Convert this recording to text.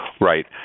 right